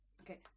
okay